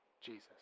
Jesus